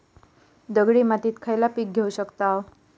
दगडी मातीत खयला पीक घेव शकताव?